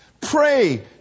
Pray